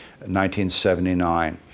1979